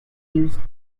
used